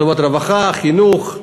לטובת רווחה, חינוך,